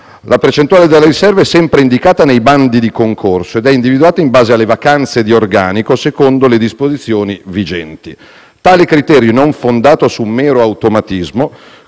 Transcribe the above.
La percentuale della riserva è sempre indicata nei bandi di concorso ed è individuata in base alle vacanze di organico, secondo le disposizioni vigenti. Tale criterio non fondato su mero automatismo